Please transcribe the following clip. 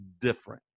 different